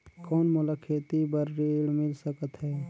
कौन मोला खेती बर ऋण मिल सकत है?